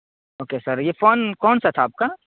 okay sir یہ phone کون سا تھا آپ کا